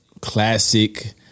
Classic